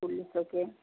पुलिसोके